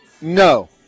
No